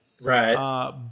Right